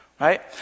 right